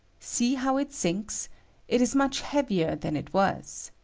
see how it sinks it is much heavier than it was.